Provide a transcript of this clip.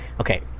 Okay